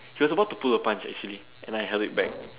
she was about to pull a punch actually and I held her back